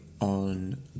on